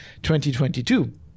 2022